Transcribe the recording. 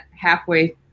halfway